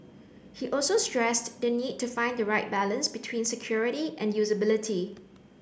he also stressed the need to find the right balance between security and usability